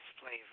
flavor